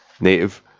native